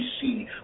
see